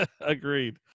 Agreed